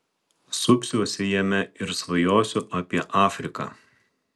supsiuosi jame ir svajosiu apie afriką